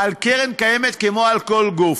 על קרן קיימת, כמו על כל גוף.